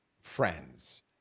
friends